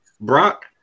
Brock